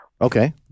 Okay